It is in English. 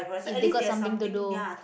if they got something to do